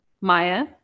Maya